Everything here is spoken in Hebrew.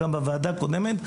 גם בוועדה הקודמת,